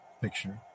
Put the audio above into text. Picture